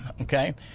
okay